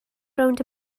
rownd